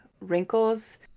wrinkles